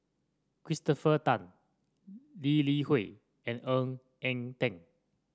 Christopher Tan Lee Li Hui and Ng Eng Teng